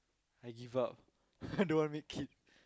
I give up don't want make kids